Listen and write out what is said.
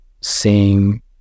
seeing